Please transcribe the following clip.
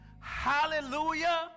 Hallelujah